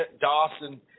Dawson